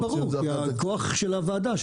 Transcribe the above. זה מאוד ברור: כי הכוח של הוועדה של